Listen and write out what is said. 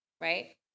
right